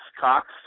Cox